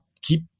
keep